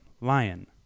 Lion